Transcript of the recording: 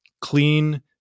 clean